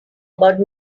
about